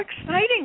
exciting